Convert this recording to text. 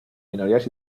minorías